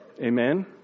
Amen